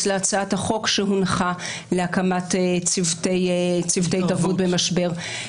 להצעת החוק שהונחה להקמת צוותי התערבות במשבר.